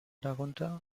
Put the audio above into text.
darunter